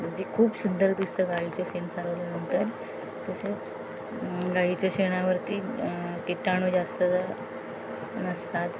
म्हणजे खूप सुंदर दिसतं गाईचे शेण सारवल्यानंतर तसेच गाईच्या शेणावरती कीटाणू जास्त नसतात